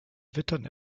wittern